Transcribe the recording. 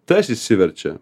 tas išsiverčia